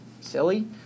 silly